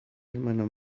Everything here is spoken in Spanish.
hermano